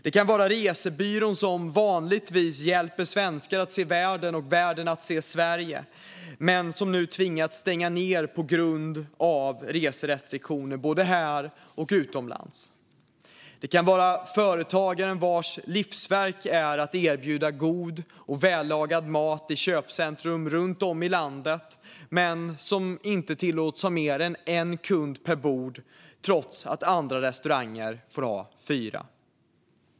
Det kan vara resebyrån som vanligtvis hjälper svenskar att se världen och världen att se Sverige men som nu tvingas stänga ned på grund av reserestriktioner både här och utomlands. Det kan vara företagaren vars livsverk är att erbjuda god och vällagad mat i köpcentrum runt om i landet men som inte tillåts ha mer än en kund per bord trots att andra restauranger får ha fyra.